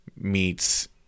meets